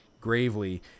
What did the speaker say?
gravely